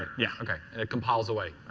yeah and it compiles away.